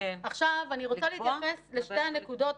רוצה להתייחס לשתי הנקודות,